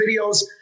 videos